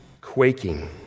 quaking